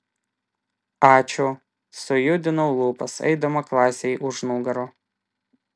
ačiū sujudinau lūpas eidama klasei už nugarų